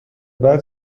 بعد